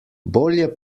bolje